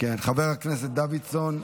חבר הכנסת דוידסון.